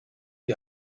die